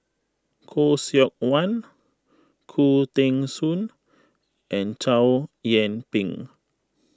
Khoo Seok Wan Khoo Teng Soon and Chow Yian Ping